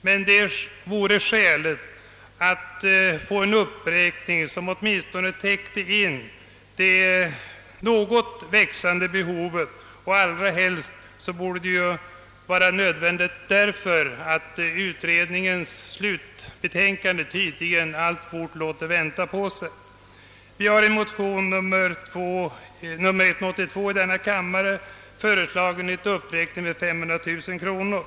Men det vore skäligt att få en uppräkning som åtminstone täckte in något av det växande behovet, allra helst som utrednigens slutbetänkande tydligen alltfort låter vänta på sig. Vi har i motion II: 182 föreslagit en uppräkning av anslaget med 500 000 kronor.